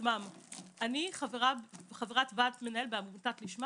עליהם גם העובדת הסוציאלית מהמאוחדת,